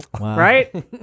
Right